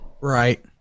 Right